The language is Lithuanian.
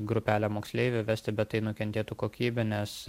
grupelę moksleivių vesti bet tai nukentėtų kokybė nes